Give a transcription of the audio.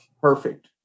perfect